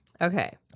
Okay